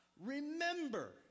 remember